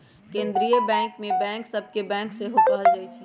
केंद्रीय बैंक के बैंक सभ के बैंक सेहो कहल जाइ छइ